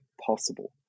possible